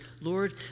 Lord